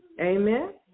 Amen